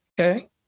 Okay